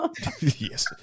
Yes